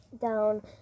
down